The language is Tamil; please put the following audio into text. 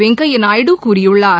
வெங்கையா நாயுடு கூறியுள்ளார்